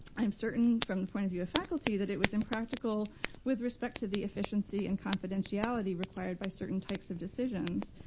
i am certain from the point of view of faculty that it was impractical with respect to the efficiency and confidentiality required by certain types of decisions.